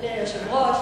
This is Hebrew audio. אדוני היושב-ראש,